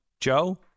joe